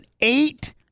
eight